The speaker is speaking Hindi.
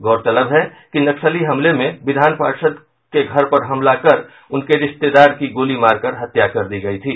गौरतलब है कि नक्सली हमले में विधान पार्षद के घर पर हमला कर उनके रिश्तेदार की गोली मारकर हत्या कर दी गयी थी